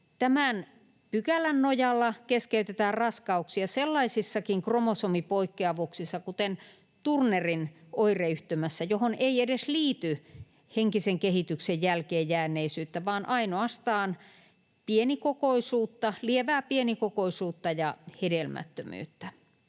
tämän pykälän nojalla keskeytetään raskauksia sellaisissakin kromosomipoikkeavuuksissa, kuten Turnerin oireyhtymässä, johon ei edes liity henkisen kehityksen jälkeenjääneisyyttä, vaan ainoastaan pienikokoisuutta, lievää pienikokoisuutta ja hedelmättömyyttä.